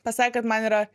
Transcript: pasakė kad man yra